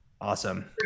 Awesome